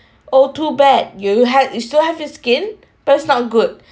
oh too bad you had you still have your skin but it's not good